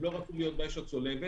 הם לא רצו להיות באש הצולבת,